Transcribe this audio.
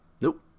Nope